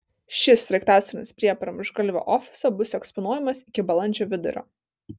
šis sraigtasparnis prie pramuštgalvio ofiso bus eksponuojamas iki balandžio vidurio